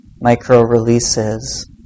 micro-releases